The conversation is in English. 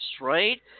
right